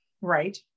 right